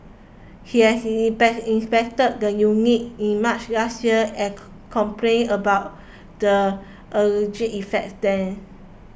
he had inspect inspected the unit in March last year and complained about the alleged defects then